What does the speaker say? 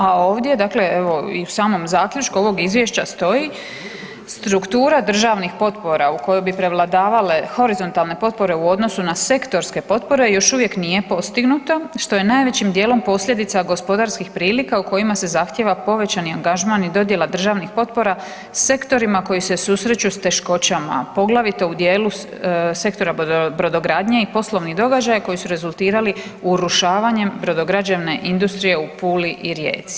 A ovdje u samom zaključku ovog izvješća stoji, struktura državnih potpora u kojoj bi prevladavale horizontalne potpore u odnosu na sektorske potpore još uvijek nije postignuto što je najvećim dijelom posljedica gospodarskih prilika u kojima se zahtijeva povećani angažman i dodjela državnih potpora sektorima koji se susreću s teškoćama, poglavito u dijelu sektora brodogradnje i poslovnih događaja koji su rezultirali urušavanjem brodograđevne industrije u Puli i Rijeci.